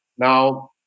Now